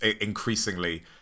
increasingly